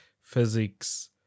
physics